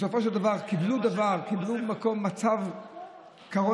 בסופו של דבר, קיבלו, קראו לו "מצב מצוין".